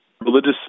religious